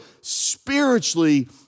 spiritually